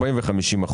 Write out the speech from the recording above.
40% ו-50%.